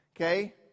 Okay